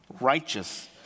righteous